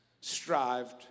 strived